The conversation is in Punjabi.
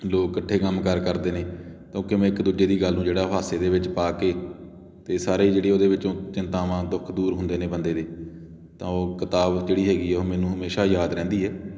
ਲੋਕ ਇਕੱਠੇ ਕੰਮਕਾਰ ਕਰਦੇ ਨੇ ਤਾਂ ਉਹ ਕਿਵੇਂ ਇੱਕ ਦੂਜੇ ਦੀ ਗੱਲ ਨੂੰ ਜਿਹੜਾ ਉਹ ਹਾਸੇ ਦੇ ਵਿੱਚ ਪਾ ਕੇ ਅਤੇ ਸਾਰੇ ਜਿਹੜੀ ਉਹਦੇ ਵਿੱਚੋਂ ਚਿੰਤਾਵਾਂ ਦੁੱਖ ਦੂਰ ਹੁੰਦੇ ਨੇ ਬੰਦੇ ਦੇ ਤਾਂ ਉਹ ਕਿਤਾਬ ਜਿਹੜੀ ਹੈਗੀ ਆ ਉਹ ਮੈਨੂੰ ਹਮੇਸ਼ਾ ਯਾਦ ਰਹਿੰਦੀ ਹੈ